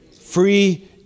Free